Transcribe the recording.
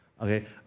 Okay